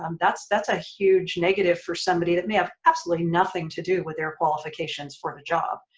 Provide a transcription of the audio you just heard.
um that's that's a huge negative for somebody that may have absolutely nothing to do with their qualifications for the job,